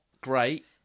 great